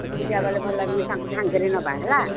ଏକୁଟିଆ ଗଲେ ଭଲ ଲାଗିବନି ତାଙ୍କୁ ସାଙ୍ଗରେ ନେବା ହେଲା